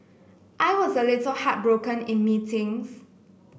I was a little heartbroken in meetings